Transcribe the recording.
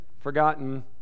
forgotten